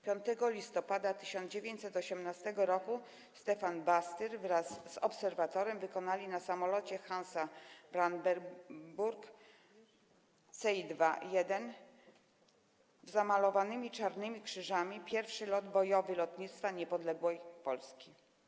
5 listopada 1918 r. Stefan Bastyr wraz z obserwatorem wykonali na samolocie Hansa-Brandenburg C.I z zamalowanymi czarnymi krzyżami pierwszy lot bojowy lotnictwa niepodległej Polski.